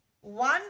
one